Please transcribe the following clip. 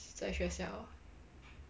在学校